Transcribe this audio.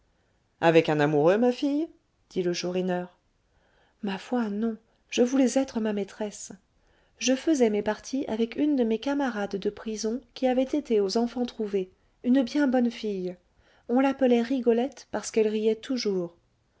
avec un amoureux ma fille dit le chourineur ma foi non je voulais être ma maîtresse je faisais mes parties avec une de mes camarades de prison qui avait été aux enfants-trouvés une bien bonne fille on l'appelait rigolette parce qu'elle riait toujours